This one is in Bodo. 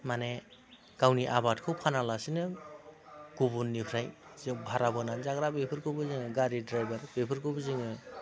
माने गावनि आबादखौ फानालासिनो गुबुननिफ्राय जों भारा बोनानै जाग्रा बेफोरखौबो जोंङो गारि ड्रायभार बेफोरखौबो जोंङो